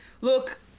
Look